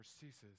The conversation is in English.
ceases